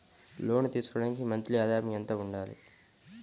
లోను తీసుకోవడానికి మంత్లీ ఆదాయము ఎంత ఉండాలి?